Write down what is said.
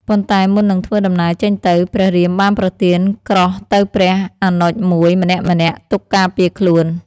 ប៉ុន្តែមុននឹងធ្វើដំណើរចេញទៅ ព្រះរាមបានប្រទានក្រោះទៅព្រះអនុជមួយ ម្នាក់ៗទុកការពារខ្លួន។